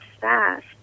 fast